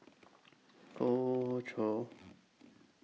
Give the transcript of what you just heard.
Hoey Choo